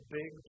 big